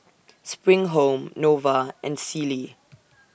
SPRING Home Nova and Sealy